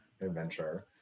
adventure